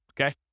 Okay